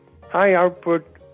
high-output